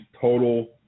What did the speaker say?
total